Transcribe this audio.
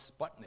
Sputnik